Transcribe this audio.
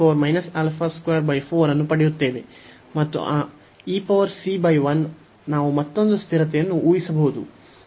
ನಾವು ಅನ್ನು ಪಡೆಯುತ್ತೇವೆ ಮತ್ತು ಆ ನಾವು ಮತ್ತೊಂದು ಸ್ಥಿರತೆಯನ್ನು ಊಹಿಸಬಹುದು